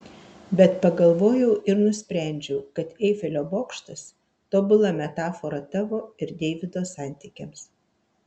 bet pagalvojau ir nusprendžiau kad eifelio bokštas tobula metafora tavo ir deivido santykiams